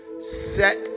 set